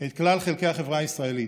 את כלל חלקי החברה הישראלית.